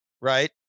right